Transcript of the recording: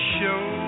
show